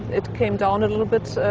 it came down a little bit,